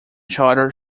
charter